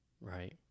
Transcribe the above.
Right